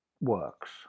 works